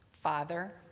Father